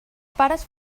pares